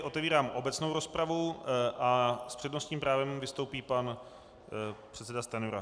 Otevírám obecnou rozpravu, s přednostním právem vystoupí pan předseda Stanjura.